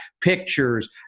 pictures